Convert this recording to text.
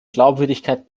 glaubwürdigkeit